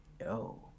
yo